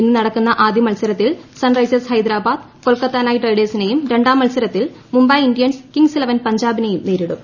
ഇന്ന് നടക്കുന്ന ആദ്യ മത്സരത്തിൽ Sunrisers Hyderabad Kolkata Knight ഗ്ലെഡേഴ്സിനേയും രണ്ടാം മത്സരത്തിൽ മുംബൈ ഇന്ത്യൻസ് കിങ്സ് ഇലവൻ പഞ്ചാബിനെയും നേരിടും